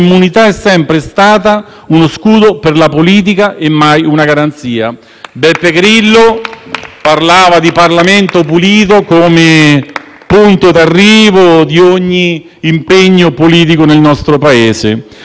parlava di Parlamento pulito come punto d'arrivo di ogni impegno politico nel nostro Paese. Con un voto voi butterete a mare tutto il vostro incessante richiamo alla onestà e alla